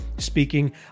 Speaking